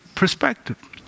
perspective